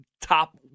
top